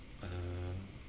err